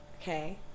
Okay